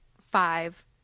five